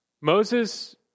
Moses